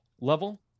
level